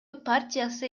партиясы